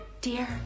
dear